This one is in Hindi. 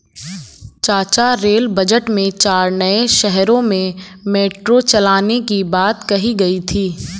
चाचा रेल बजट में चार नए शहरों में मेट्रो चलाने की बात कही गई थी